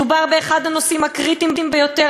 מדובר באחד הנושאים הקריטיים ביותר